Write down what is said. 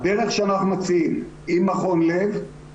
אני שבה ואומרת, if it's not broken don’t fix it.